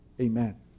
Amen